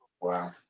wow